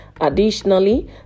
Additionally